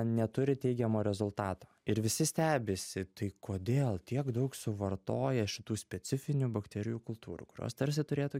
neturi teigiamo rezultato ir visi stebisi tai kodėl tiek daug suvartoję šitų specifinių bakterijų kultūrų kurios tarsi turėtų